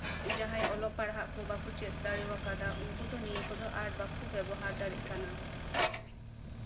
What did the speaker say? ᱡᱟᱸᱦᱟᱭ ᱚᱞᱚᱜ ᱯᱟᱲᱦᱟᱜ ᱵᱟᱠᱚ ᱪᱮᱫ ᱫᱟᱲᱮ ᱠᱟᱫᱟ ᱩᱱᱠᱩ ᱫᱚ ᱱᱤᱭᱟᱹ ᱠᱚᱫᱚ ᱵᱟᱠᱚ ᱵᱮᱵᱚᱦᱟᱨ ᱫᱟᱲᱮᱭᱟᱜ ᱠᱟᱱᱟ